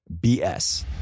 BS